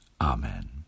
Amen